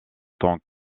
tant